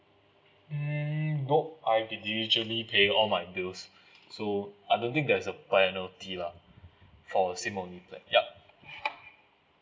mm nope I've been diligently paying all my bills so I don't think there's a penalty lah for SIM only ya